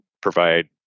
provide